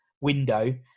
window